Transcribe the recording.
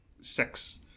sex